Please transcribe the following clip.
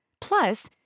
Plus